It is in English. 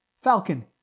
Falcon